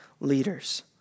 leaders